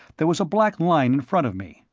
there was a black line in front of me,